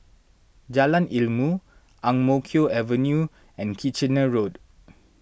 Jalan Ilmu Ang Mo Kio Avenue and Kitchener Road